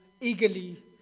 eagerly